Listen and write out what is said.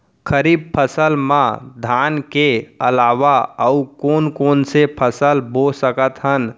खरीफ फसल मा धान के अलावा अऊ कोन कोन से फसल बो सकत हन?